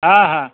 হ্যাঁ হ্যাঁ